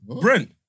Brent